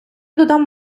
додам